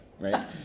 right